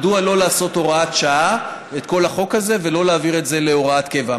מדוע לא לעשות את כל החוק הזה כהוראת שעה ולא להעביר את זה להוראת קבע.